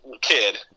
kid